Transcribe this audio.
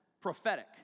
prophetic